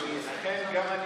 שניים.